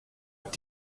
habt